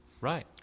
Right